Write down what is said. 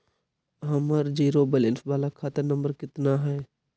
हमर zero balance बाला खाता नम्बर कितना है?